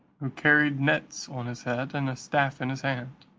who carried nets on his head, and a staff in his hand.